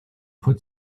put